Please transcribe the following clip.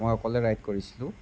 মই অকলে ৰাইড কৰিছিলোঁ